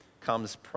comes